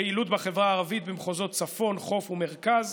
לפעילות בחברה הערבית במחוזות צפון, חוף ומרכז.